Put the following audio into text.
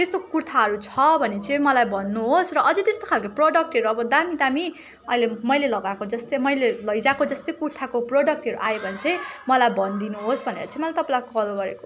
त्यस्तो कुर्ताहरू छ भने चाहिँ मलाई भन्नुहोस् र अझै त्यस्तो खालको प्रडक्टहरू अब दामी दामी अहिले मैले लगाएको जस्तै मैले लैजाको जस्तै कुर्ताको प्रडक्टहरू आयो भने चाहिँ मलाई भनिदिनुहोस् भनेर चाहिँ मैले तपाईँलाई कल गरेको